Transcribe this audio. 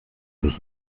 sich